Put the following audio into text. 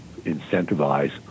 incentivize